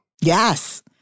Yes